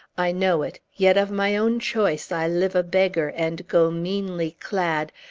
i know it yet of my own choice, i live a beggar, and go meanly clad,